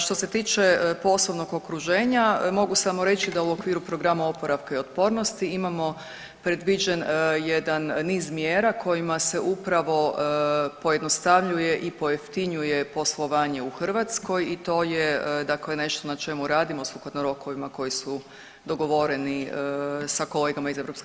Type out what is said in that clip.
Što se tiče poslovnog okruženja, mogu samo reći da u okviru Programa oporavka i otpornosti imamo predviđeno jedan niz mjera kojima se upravo pojednostavljuje i pojeftinjuje poslovanje u Hrvatskoj i to je dakle nešto na čemu radimo sukladno rokovima koji su dogovoreni sa kolegama iz EU komisije.